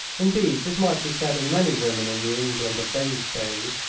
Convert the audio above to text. indeed, this might be said of many women in the england of those days,